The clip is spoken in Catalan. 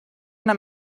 una